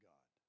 God